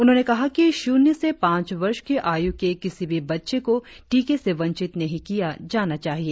उन्होंने कहा कि शून्य से पांच वर्ष की आयु के किसी भी बच्चे को टीका से वंचित नहीं किया जाना चाहिए